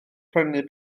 prynu